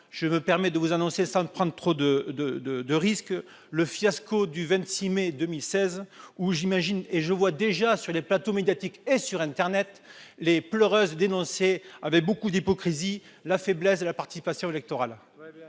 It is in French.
Je me permets de vous annoncer, sans prendre trop de risques, le fiasco du 26 mai 2019. J'imagine déjà, sur les plateaux médiatiques- et sur internet !-, les pleureuses dénoncer, avec beaucoup d'hypocrisie, la faiblesse de la participation électorale.